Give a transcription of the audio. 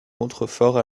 contrefort